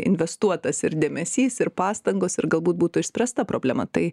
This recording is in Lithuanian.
investuotas ir dėmesys ir pastangos ir galbūt būtų išspręsta problema tai